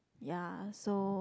ya so